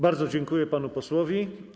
Bardzo dziękuję panu posłowi.